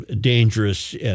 dangerous